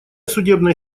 судебная